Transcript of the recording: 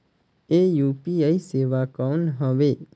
ये यू.पी.आई सेवा कौन हवे?